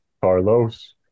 Carlos